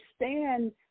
understand